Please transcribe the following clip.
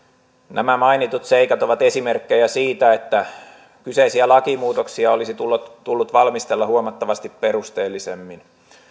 nämä mainitut seikat ovat esimerkkejä siitä että kyseisiä lakimuutoksia olisi tullut tullut valmistella huomattavasti perusteellisemmin